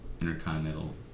intercontinental